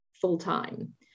full-time